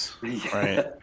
right